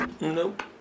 nope